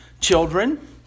children